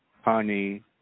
honey